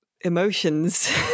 emotions